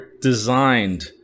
designed